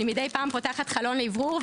אני מדי פעם פותחת חלקון לאוורור,